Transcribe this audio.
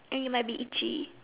and it might be itchy